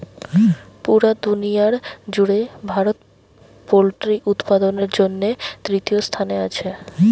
পুরা দুনিয়ার জুড়ে ভারত পোল্ট্রি উৎপাদনের জন্যে তৃতীয় স্থানে আছে